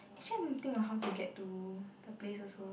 actually I didn't really think of how to get to the place also